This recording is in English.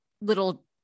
little